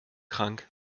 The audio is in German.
krank